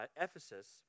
Ephesus